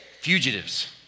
Fugitives